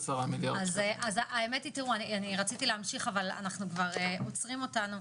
האמת היא שרציתי להמשיך אבל כבר עוצרים אותנו.